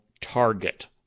target